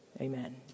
Amen